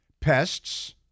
pests